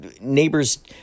neighbors